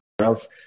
else